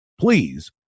please